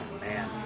Man